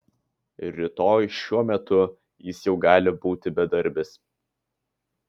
rytoj šiuo metu jis jau gali būti bedarbis